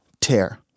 tear